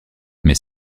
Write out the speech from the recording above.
mais